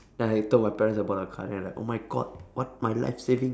then I told my parents about the car then they're like oh my god what my life savings